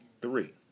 three